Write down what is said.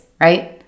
right